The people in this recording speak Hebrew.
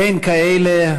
אין כאלה.